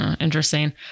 interesting